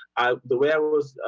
i the way i was